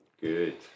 good